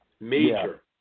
Major